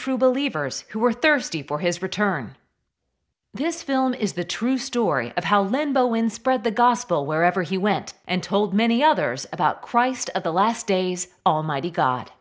true believers who were thirsty for his return this film is the true story of how len bowen spread the gospel wherever he went and told many others about christ of the last days almighty god